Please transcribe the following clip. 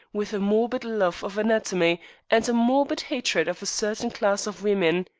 with a morbid love of anatomy and a morbid hatred of a certain class of women.